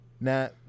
Now